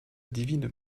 divine